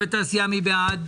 יש הבחנה בין